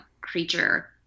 creature